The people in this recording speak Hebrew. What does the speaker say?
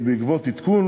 בעקבות עדכון